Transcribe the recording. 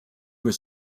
was